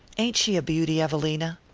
ain't she a beauty, evelina?